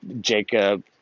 Jacob